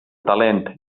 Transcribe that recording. talent